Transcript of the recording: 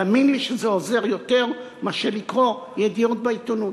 תאמין לי שזה עוזר יותר מאשר לקרוא ידיעות בעיתונות.